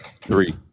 Three